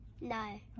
No